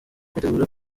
kwitegura